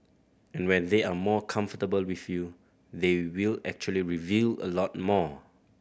and when they are more comfortable with you they will actually reveal a lot more